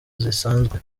zisanzwe